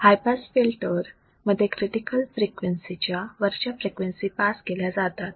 हाय pass filter मध्ये critical frequency च्या वरच्या फ्रिक्वेन्सी पास केल्या जातात